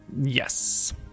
Yes